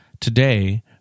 Today